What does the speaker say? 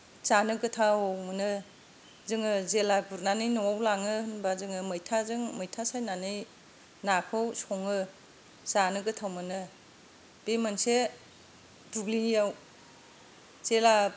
जानो गोथाव मोनो जोङो जेब्ला गुरनानै न'आव लाङो होनब्ला जोङो मैथाजों मैथा सायनानै नाखौ सङो जानो गोथाव मोनो बे मोनसे दुब्लियाव जेब्ला